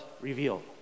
revealed